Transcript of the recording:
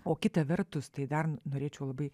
o kita vertus tai dar norėčiau labai